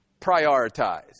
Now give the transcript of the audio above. Prioritize